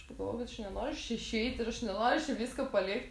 aš pagalvojau kad aš nenoriu iš čia išeit ir aš nenoriu čia visko palikt